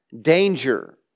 danger